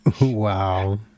Wow